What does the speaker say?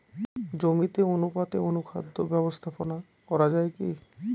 জমিতে অনুপাতে অনুখাদ্য ব্যবস্থাপনা করা য়ায় কি?